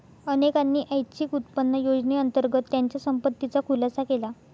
अनेकांनी ऐच्छिक उत्पन्न योजनेअंतर्गत त्यांच्या संपत्तीचा खुलासा केला